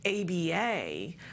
aba